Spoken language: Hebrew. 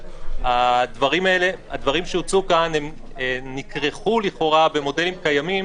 הדברים שהוצעו כאן נכרכו לכאורה במודלים קיימים,